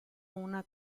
una